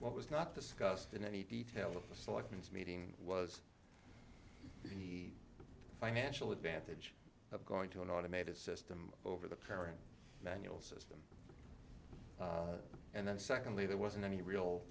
what was not discussed in any detail the selections meeting was the financial advantage of going to an automated system over the current manual system and then secondly there wasn't any real